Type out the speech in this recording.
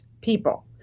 people